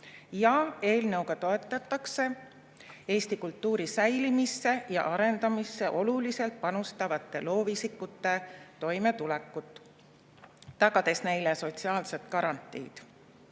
Eelnõuga toetatakse Eesti kultuuri säilimisse ja arendamisse oluliselt panustavate loovisikute toimetulekut, tagades neile sotsiaalsed garantiid.